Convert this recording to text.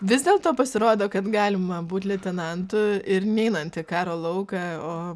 vis dėlto pasirodo kad galima būt leitenantu ir neinant į karo lauką o